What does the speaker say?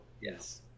yes